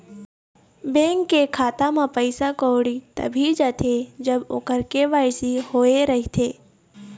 bank के खाता म पइसा कउड़ी तभे जाथे जब ओखर के.वाई.सी होए रहिथे